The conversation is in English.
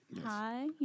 hi